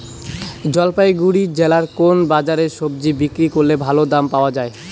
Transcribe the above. জলপাইগুড়ি জেলায় কোন বাজারে সবজি বিক্রি করলে ভালো দাম পাওয়া যায়?